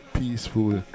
peaceful